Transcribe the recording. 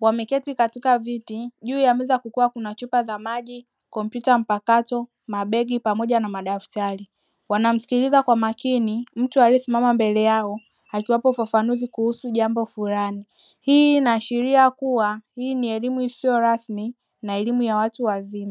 Wameketi katika viti juu ya meza kukiwa kuna chupa za maji, kompyuta mpakato, mabegi pamoja na madaftari. Wanamsikiliza kwa makini mtu aliesimama mbele yao akiwapo ufafanuzi kuhusu jambo fulani. Hii inaashiria kuwa hii ni elimu isiyo rasmi na elimu ya watu wazima.